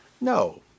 No